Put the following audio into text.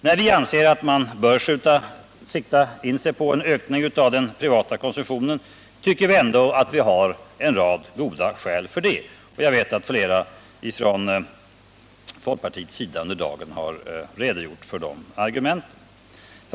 När vi anser att man bör sikta in sig på en ökning av den privata konsumtionen, tycker vi ändå att vi har en rad goda skäl för detta. Jag vet att flera talare från folkpartiet under dagen har redogjort för de argumenten. 1.